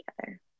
together